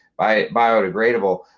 biodegradable